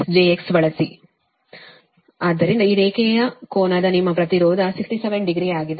ಆದ್ದರಿಂದ ಇದು ರೇಖೆಯ ಕೋನದ ನಿಮ್ಮ ಪ್ರತಿರೋಧ 67 ಡಿಗ್ರಿ ಆಗಿದೆ